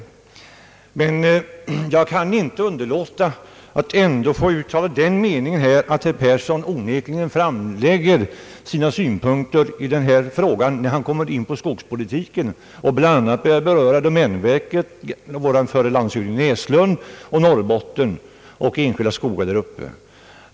Jag kan trots detta inte underlåta att nu ge till känna min mening eftersom herr Yngve Persson här onekligen framlagt sina synpunkter i denna fråga och därvid bl.a. kommit in på skogspolitiken, domänverket, den inställning som intagits av förre landshövding Näslund i Norrbotten samt frågan om de enskilda skogarna där uppe.